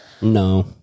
No